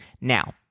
Now